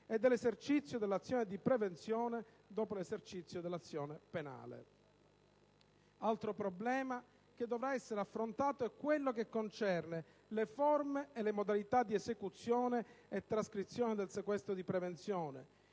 e dell'esercizio dell'azione di prevenzione dopo l'esercizio dell'azione penale. Altro problema che dovrà essere affrontato è quello che concerne le forme e le modalità di esecuzione e trascrizione del sequestro di prevenzione,